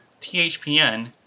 THPN